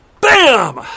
BAM